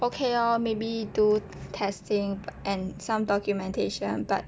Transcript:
okay orh maybe do testing and some documentation but